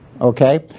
Okay